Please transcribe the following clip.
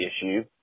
issue